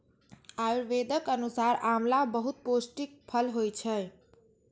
आयुर्वेदक अनुसार आंवला बहुत पौष्टिक फल होइ छै